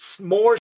more